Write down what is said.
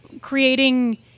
creating